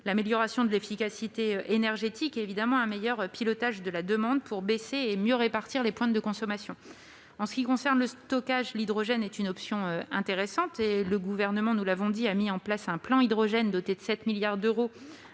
l'amélioration de l'efficacité énergétique ainsi qu'un meilleur pilotage de la demande pour baisser et mieux répartir les pointes de consommation. En ce qui concerne le stockage, l'hydrogène est une option intéressante. Le Gouvernement a mis en place un plan Hydrogène doté de 7 milliards d'euros